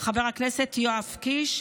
חבר הכנסת יואב קיש,